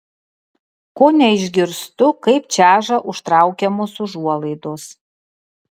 kone išgirstu kaip čeža užtraukiamos užuolaidos